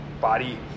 body